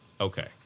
Okay